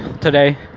today